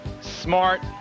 smart